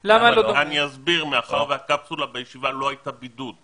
מאחר והקפסולה בישיבה לא הייתה בידוד.